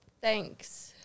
thanks